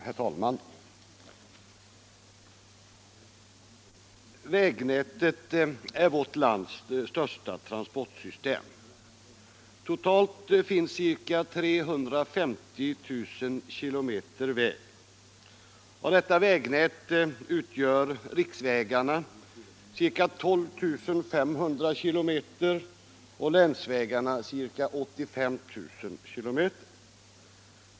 Herr talman! Vägnätet är vårt lands största transportsystem. Totalt finns ca 350 000 kilometer väg. Av detta vägnät utgör riksvägarna ca 12 500 kilometer och länsvägarna ca 85 000 kilometer.